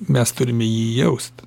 mes turime jį jaust